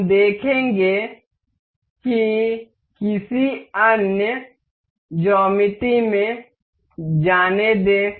हम देखेंगे कि किसी अन्य ज्यामिति में जाने दें